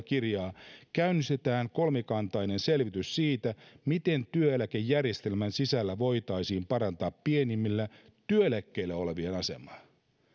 kirjaus käynnistetään kolmikantainen selvitys siitä miten työeläkejärjestelmän sisällä voitaisiin parantaa pienimmillä työeläkkeillä olevien asemaa